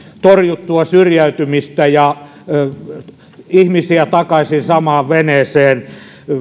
torjuttua syrjäytymistä ja saadaan ihmisiä takaisin samaan veneeseen